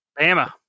Bama